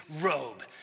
robe